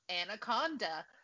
Anaconda